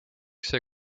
see